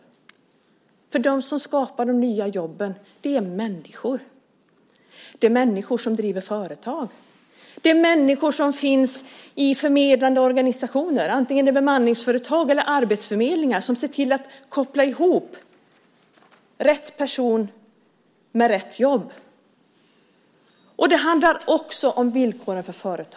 Det är människor som skapar de nya jobben. Det är människor som driver företag. Det är människor finns i förmedlande organisationer, antingen det är bemanningsföretag eller arbetsförmedlingar, som kopplar ihop rätt person med rätt jobb. Det handlar också om villkoren för företagen.